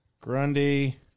Grundy